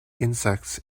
insects